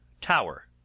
Tower